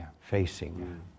facing